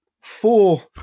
four